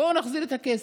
בואו נחזיר את הכסף.